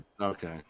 Okay